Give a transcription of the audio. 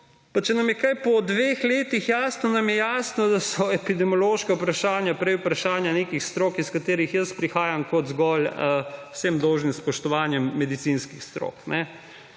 če nam je kaj po dveh letih jasno, nam je jasno, da so epidemiološka vprašanja prej vprašanja nekih strok, iz katerih jaz prihajam, kot zgolj, z vsem dolžnim spoštovanjem, medicinskih strok.